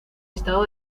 estado